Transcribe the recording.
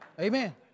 Amen